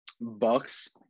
Bucks